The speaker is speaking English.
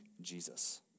Jesus